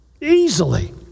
Easily